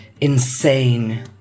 insane